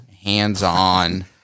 hands-on